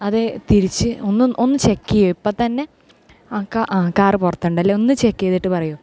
അത് തിരിച്ച് ഒന്ന് ഒന്ന് ചെക്ക് ഇപ്പം തന്നെ ആ ആ കാറ് പുറത്ത് ഉണ്ട് അല്ലേ ഒന്ന് ചെക്ക് ചെയ്തിട്ട് പറയുമോ